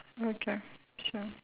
okay sure